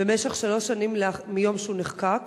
במשך שלוש השנים מהיום שנחקק,